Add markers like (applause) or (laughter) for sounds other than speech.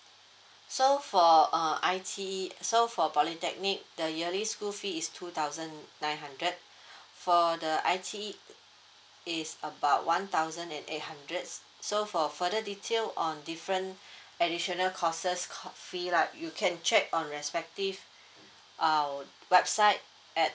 so for uh I_T_E so for polytechnic the yearly school fee is two thousand nine hundred (breath) for the I_T_E it's about one thousand and eight hundreds so for further detail on different (breath) additional courses cour~ fee lah you can check on respective (breath) uh website at